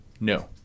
No